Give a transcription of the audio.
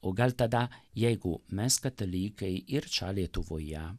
o gal tada jeigu mes katalikai ir čia lietuvoje